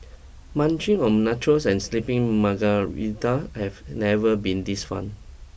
munching on nachos and slipping margaritas have never been this fun